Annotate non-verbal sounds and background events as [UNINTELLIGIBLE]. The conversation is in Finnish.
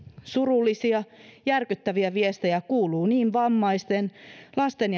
surullisia järkyttäviä viestejä kuuluu niin vammaisten lasten [UNINTELLIGIBLE]